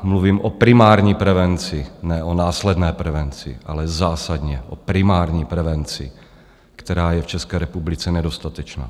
Mluvím o primární prevenci, ne o následné prevenci, ale zásadně o primární prevenci, která je v České republice nedostatečná.